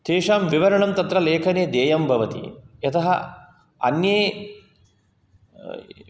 तेषां विवरणं तत्र लेखने देयं भवति यतः अन्ये